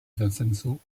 vincenzo